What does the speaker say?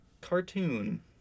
cartoon